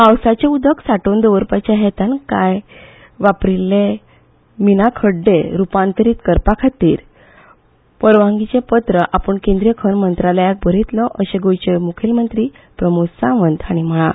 पावसाचे उदक सांठोवन दवरपाच्या हेतान काय न वापरिल्ले मीन खड्डे रुपांतरीत करपा खातीर परवानगीचे पत्र आपूण केंद्रीय खण मंत्रालयाक बरयतलो अशें गोंयचे मूखेलमंत्री प्रमोद सावंत हांणी म्हळां